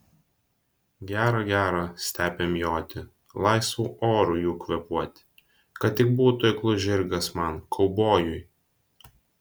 gera gera stepėm joti laisvu oru jų kvėpuoti kad tik būtų eiklus žirgas man kaubojui